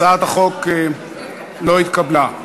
הצעת החוק לא התקבלה.